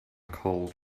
cold